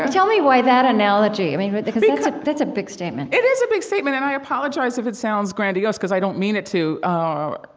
tell me why that analogy, i mean, but because that's a big statement it is a big statement, and i apologize if it sounds grandiose, because i don't mean it to, ah,